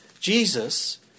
Jesus